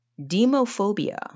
Demophobia